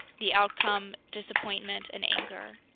the outcome disappointment and anger.